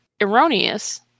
erroneous